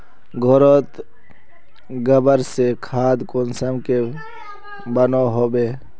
घोरोत गबर से खाद कुंसम के बनो होबे?